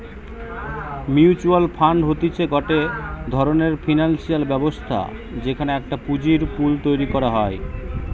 mutual fund হতিছে গটে ধরণের ফিনান্সিয়াল ব্যবস্থা যেখানে একটা পুঁজির পুল তৈরী করা হয়